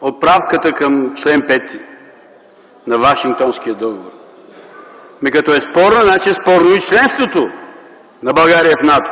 отправката към ч. 5 на Вашингтонския договор?! Ами, като е спорна, значи е спорно и членството на България в НАТО!?